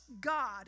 God